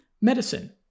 medicine